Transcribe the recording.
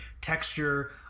texture